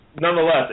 nonetheless